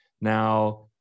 Now